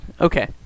Okay